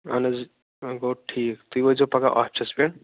اَہَن حظ گوٚو ٹھیٖک تُہۍ وٲتۍزیٚو پگاہ آفسَس پٮ۪ٹھ